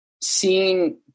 seeing